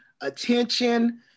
attention